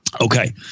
Okay